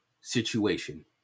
situation